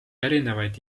erinevaid